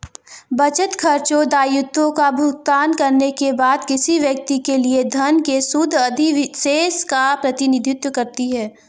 बचत, खर्चों, दायित्वों का भुगतान करने के बाद किसी व्यक्ति के लिए धन के शुद्ध अधिशेष का प्रतिनिधित्व करती है